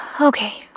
Okay